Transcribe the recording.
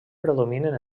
predominen